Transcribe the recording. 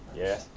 yeah